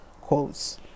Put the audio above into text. quotes